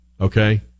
Okay